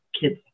kids